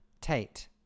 Tate